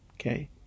okay